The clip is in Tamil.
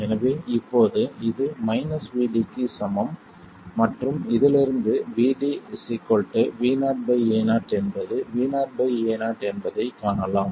எனவே இப்போது இது Vd க்கு சமம் மற்றும் இதிலிருந்து Vd Vo Ao என்பது Vo Ao என்பதைக் காணலாம்